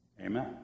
Amen